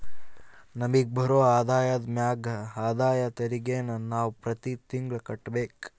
ನಮಿಗ್ ಬರೋ ಆದಾಯದ ಮ್ಯಾಗ ಆದಾಯ ತೆರಿಗೆನ ನಾವು ಪ್ರತಿ ತಿಂಗ್ಳು ಕಟ್ಬಕು